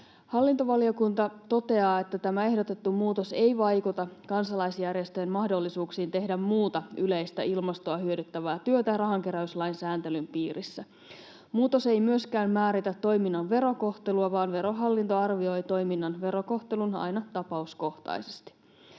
Hallintovaliokunta toteaa, että tämä ehdotettu muutos ei vaikuta kansalaisjärjestöjen mahdollisuuksiin tehdä muuta yleistä ilmastoa hyödyttävää työtä rahankeräyslain sääntelyn piirissä. Muutos ei myöskään määritä toiminnan verokohtelua, vaan Verohallinto arvioi toiminnan verokohtelun aina tapauskohtaisesti.